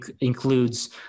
includes